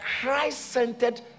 Christ-centered